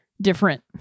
different